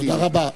תודה רבה.